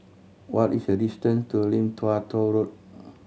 what is the distance to Lim Tua Tow Road